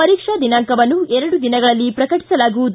ಪರೀಕ್ಷಾ ದಿನಾಂಕವನ್ನು ಎರಡು ದಿನಗಳಲ್ಲಿ ಪ್ರಕಟಿಸಲಾಗುವುದು